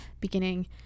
beginning